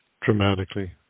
Dramatically